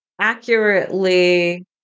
accurately